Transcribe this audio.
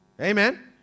Amen